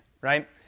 right